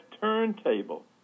turntable